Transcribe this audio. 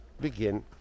begin